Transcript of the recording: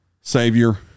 Savior